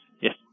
yes